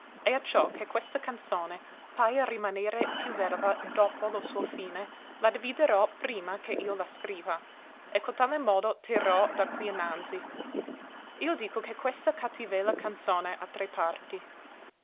e acciò che questa canzone paia rimanere più vedova dopo lo suo fine la dividerò prima che io la scriva e cotale modo terrò da qui innanzi io dico che questa cattivella canzone ha tre parti